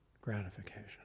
gratification